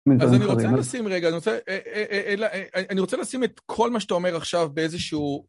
אז אני רוצה לשים רגע, אני רוצה לשים את כל מה שאתה אומר עכשיו באיזשהו...